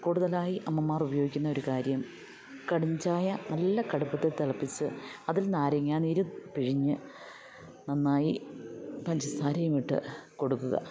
കൂടുതലായി അമ്മമാർ ഉപയോഗിക്കുന്ന ഒരു കാര്യം കടും ചായ നല്ല കടുപ്പത്തിൽ തിളപ്പിച്ച് അതിൽ നാരങ്ങാനീര് പിഴിഞ്ഞ് നന്നായി പഞ്ചസാരയുമിട്ട് കൊടുക്കുക